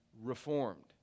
reformed